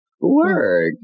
Work